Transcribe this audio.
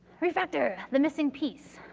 refactor the missing piece.